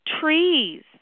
Trees